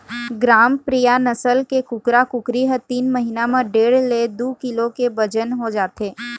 ग्रामप्रिया नसल के कुकरा कुकरी ह तीन महिना म डेढ़ ले दू किलो के बजन हो जाथे